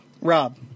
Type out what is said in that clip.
Rob